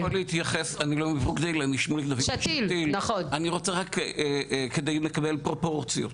אני רוצה רק כדי לקבל פרופורציות.